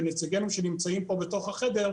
ונציגינו שנמצאים פה בחדר,